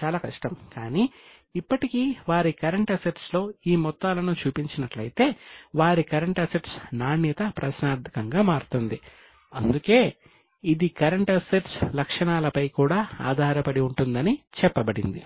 చాలా పెద్ద పరిమాణంలో ఇన్వెంటరీస్ లక్షణాలపై కూడా ఆధారపడి ఉంటుందని చెప్పబడింది